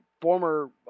former